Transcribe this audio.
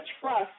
trust